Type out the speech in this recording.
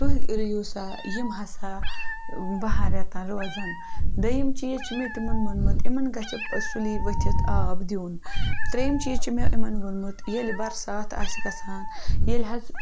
تُہۍ رٔیِو سا یِم ہَسا بَہَن رٮ۪تَن روزان دٔیِم چیٖز چھِ مےٚ تِمَن ووٚنمُت یِمَن گَژھِ سُلی ؤتھِتھ آب دیُن ترٛیِم چیٖز چھُ مےٚ یِمَن ووٚنمُت ییٚلہِ بَرسات آسہِ گَژھان ییٚلہِ حظ